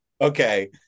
okay